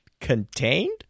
contained